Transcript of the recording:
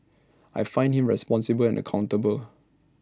I find him responsible and accountable